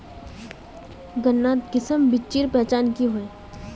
गन्नात किसम बिच्चिर पहचान की होय?